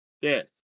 Yes